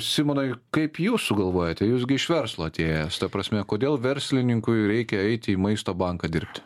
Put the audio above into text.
simonui kaip jūs sugalvojote jūs gi iš verslo atėjęs ta prasme kodėl verslininkui reikia eiti į maisto banką dirbti